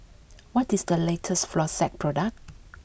what is the latest Floxia product